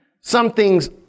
Something's